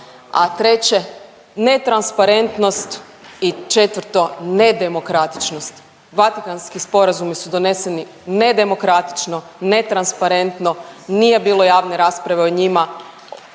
treće netransparentnost i četvrto ne demokratičnost. Vatikanski sporazumi su doneseni nedemokratično, netransparentno nije bilo javne rasprave o njima,